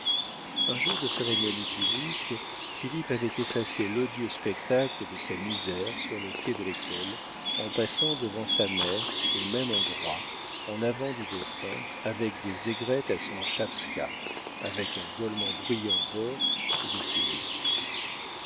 un jour de cérémonie publique philippe avait effacé l'odieux spectacle de sa misère sur le quai de l'école en passant devant sa mère au même endroit en avant du dauphin avec des aigrettes à son schapska avec un dolman brillant d'or et de fourrures